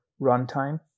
runtime